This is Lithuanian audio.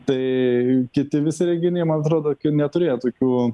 tai kiti visi renginiai man atrodo neturėjo tokių